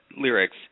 lyrics